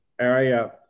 area